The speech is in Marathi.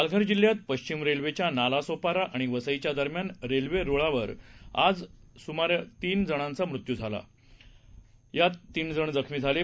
पालघर जिल्ह्यात पश्चिम रेल्वेच्या नालासोपारा आणि वसईच्या दरम्यान रेल्वे रुळावर आज सकाळच्या सुमारास तीन जणांचा मृत्यू झाला असून एक जण जखमी झाला आहे